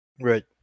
Right